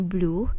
Blue